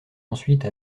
ensuite